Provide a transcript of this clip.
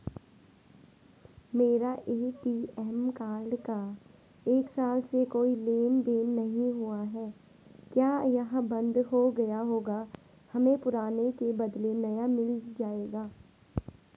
मेरा ATM card का एक साल से कोई लेन देन नहीं हुआ है क्या यह बन्द हो गया होगा हमें पुराने के बदलें नया मिल जाएगा?